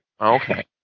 Okay